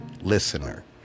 listener